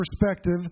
perspective